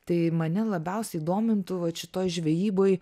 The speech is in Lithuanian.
tai mane labiausiai domintų vat šitoj žvejyboj